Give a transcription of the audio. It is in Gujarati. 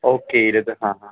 ઓકે એ રીતે હા હા